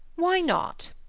why not?